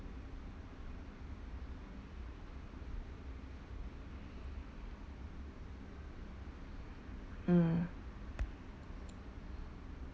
mm